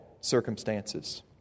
circumstances